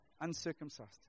uncircumcised